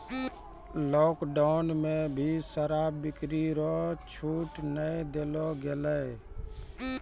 lockdown मे भी शराब बिक्री रो छूट नै देलो गेलै